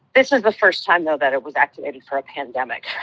this is the first time, though, that it was activated for a pandemic,